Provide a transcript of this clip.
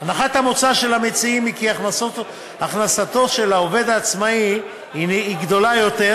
הנחת המוצא של המציעים היא כי הכנסתו של עובד עצמאי הנה גדולה יותר,